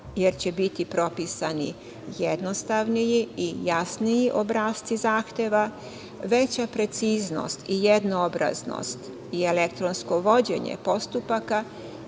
jer će biti propisani jednostavniji i jasniji obrasci zahteva, veća preciznost i jednoobraznost i elektronsko vođenje postupaka,